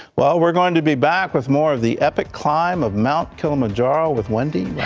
well we're going to be back with more of the epic climb of mount kilimanjaro with wendy that